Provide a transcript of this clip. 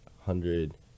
Hundred